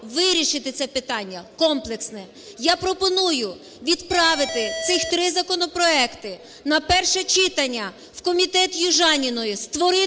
відправити цих три законопроекти на перше читання в комітет Южаніної, створити